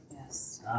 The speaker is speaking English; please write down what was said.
Yes